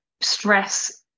stress